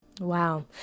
Wow